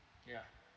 ya